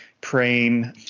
praying